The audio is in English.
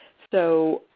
so,